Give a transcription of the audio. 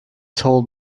told